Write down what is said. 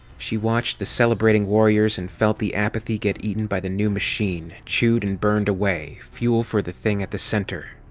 she watched the celebrating warriors and felt the apathy get eaten by the new machine, chewed and burned away, fuel for the thing at her center.